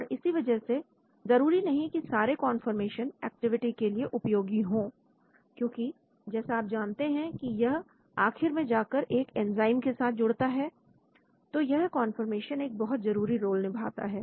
और इसी वजह से जरूरी नहीं कि सारे कौनफॉरमेशन एक्टिविटी के लिए उपयोगी हो क्योंकि जैसा आप जानते हैं कि यह आखिर में जाकर एक एंजाइम के साथ जुड़ता है तो यह कौनफॉर्मेशन एक बहुत जरूरी रोल निभाता है